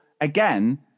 again